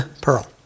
pearl